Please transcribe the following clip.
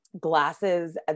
glasses